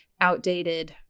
outdated